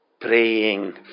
praying